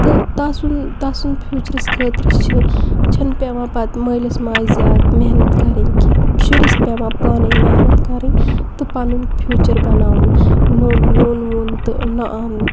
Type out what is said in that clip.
تہٕ تَسُن تَسُنٛد فیوٗچرَس خٲطرٕ چھِ چھِنہٕ پیٚوان پَتہٕ مٲلِس ماجہِ زیادٕ محنت کَرٕنۍ کینٛہہ شُرِس پٮ۪وان پانَے محنت کَرٕنۍ تہٕ پَنُن فیوٗچَر بَناوُن نوٚن نوٚن ووٚن تہٕ نہ آم